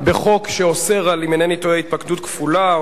בחוק שאוסר על התפקדות כפולה,